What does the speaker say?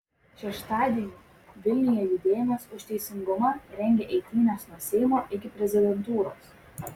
šeštadienį vilniuje judėjimas už teisingumą rengia eitynes nuo seimo iki prezidentūros